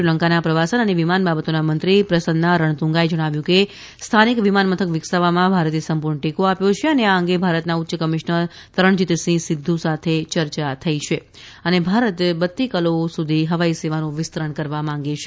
શ્રીલંકાના પ્રવાસન અને વિમાન બાબતોના મંત્રી પ્રસન્ના રણતુંગાએ જણાવ્યું કે સ્થાનિક વિમાનમથક વિકસાવવામાં ભારતે સંપૂર્ણ ટેકો આપ્યો છે અને આ અંગે ભારતના ઉચ્ચ કમિશનર તરણજીતસિંહ સિંધુ સાથે ચર્ચા થઇ છે અને ભારત બત્તીકલોઓ સુધી હવાઇ સેવાનું વિસ્તરણ કરવા માંગે છે